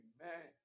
Amen